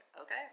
okay